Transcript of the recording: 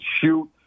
shoot